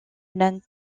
une